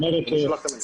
לדיון הבא, נשמח